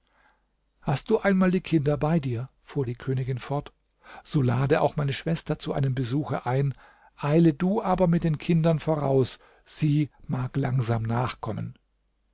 hast du einmal die kinder bei dir fuhr die königin fort so lade auch meine schwester zu einem besuche ein eile du aber mit den kindern voraus sie mag langsam nachkommen